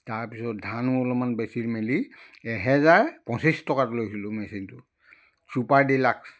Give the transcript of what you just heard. তাৰপিছত ধানো অলপমান বেচি মেলি এহেজাৰ পঁচিছ টকাত লৈছিলোঁ মেচিনটো ছুপাৰ ডিলাক্স